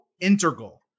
integral